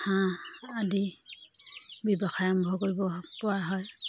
হাঁহ আদি ব্যৱসায় আৰম্ভ কৰিব পৰা হয়